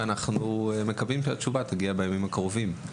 ואנחנו מקווים שהתשובה תגיע בימים הקרובים.